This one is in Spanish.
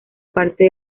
parte